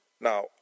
Now